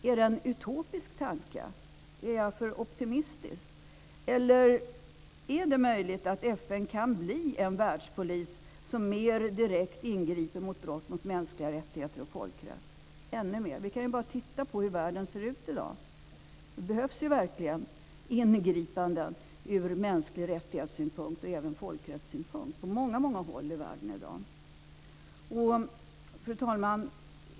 Är det en utopisk tanke? Är jag för optimistisk? Är det möjligt att FN kan bli en världspolis som mer direkt ingriper mot brott mot mänskliga rättigheter och folkrätt? Vi kan titta på hur världen ser ut i dag. Det behövs verkligen på många håll i världen i dag ingripanden för mänskliga rättigheter och ur folkrättssynpunkt. Fru talman!